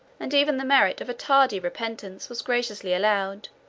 and even the merit of a tardy repentance was graciously allowed